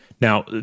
now